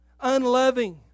unloving